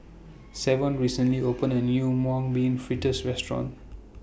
Savon recently opened A New Mung Bean Fritters Restaurant